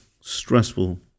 stressful